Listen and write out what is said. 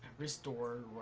restore